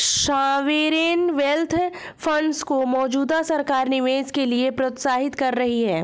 sovereign wealth funds को मौजूदा सरकार निवेश के लिए प्रोत्साहित कर रही है